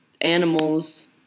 animals